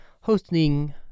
hosting